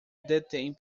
detém